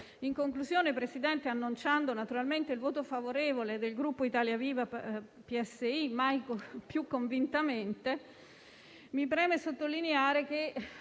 In conclusione, Presidente, annunciando il voto favorevole del Gruppo Italia Viva-PSI, mai così convintamente, mi preme sottolineare che